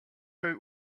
out